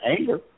anger